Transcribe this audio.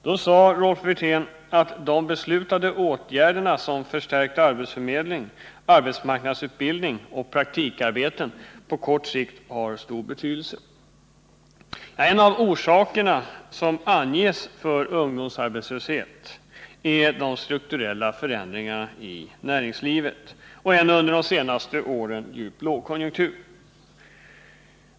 Då sade Rolf Wirtén att de beslutade åtgärderna, såsom förstärkt arbetsförmedling, arbetsmarknadsutbildning och praktikarbeten, på kort sikt har stor betydelse. En av de orsaker som anges när det gäller ungdomsarbetslösheten är de strukturella förändringarna i näringslivet och en under de senaste åren djup lågkonjunktur.